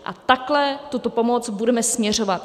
A takhle tuto pomoc budeme směřovat.